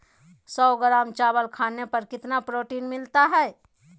सौ ग्राम चावल खाने पर कितना प्रोटीन मिलना हैय?